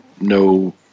no